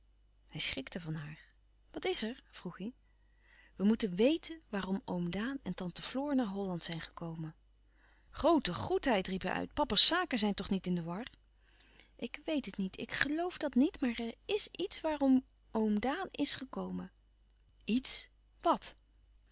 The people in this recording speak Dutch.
hij schrikte van haar wat is er vroeg hij we meten weten waarom oom daan en tante floor naar holland zijn gekomen groote goedheid riep hij uit papa's zaken zijn toch niet in de war ik weet het niet ik geloof dat niet maar er is iets waarom oom daan is gekomen iets wat